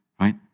right